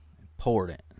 important